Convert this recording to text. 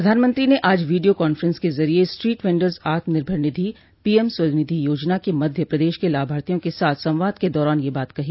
प्रधानमंत्री ने आज वीडियो कांफ्रेंस के जरिए स्ट्रीट वेंडर्स आत्मनिर्भर निधि पीएम स्वनिधि योजना के मध्य प्रदेश के लाभार्थियों के साथ संवाद के दौरान यह बात कही